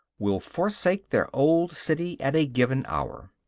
will forsake their old city at a given hour.